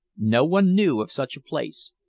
no one knew of such a place.